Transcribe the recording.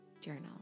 journal